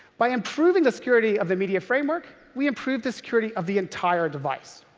by improving the security of the media framework, we improve the security of the entire device.